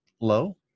low